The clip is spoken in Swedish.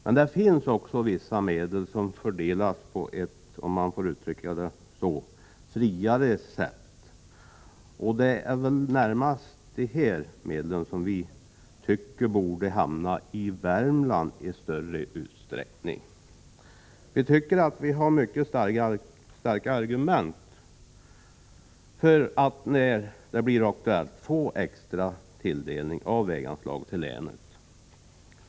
Men det finns också vissa medel som fördelas på ett — om jag får uttrycka det så — friare sätt, och det är väl närmast dessa medel som vi tycker borde hamna i Värmland i större utsträckning. Vi tycker att vi har mycket starka argument för att, när det blir aktuellt, få extra tilldelning av väganslag till länet.